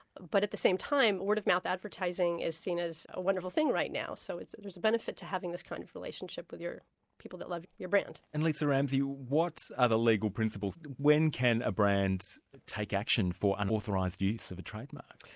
but at the same time, word-of-mouth advertising is seen as a wonderful thing right now. so there's a benefit to having this kind of relationship with people that love your brand. and lisa ramsey, what are the legal principles? when can a brand take action for unauthorised use of a trademark?